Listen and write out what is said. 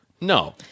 no